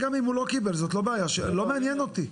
גם אם הוא לא קיבל זה לא מעניין אותי,